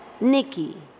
Nikki